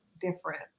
different